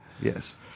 Yes